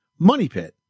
MONEYPIT